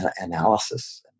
analysis